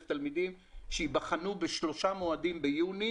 תלמידים שייבחנו בשלושה מועדים ביוני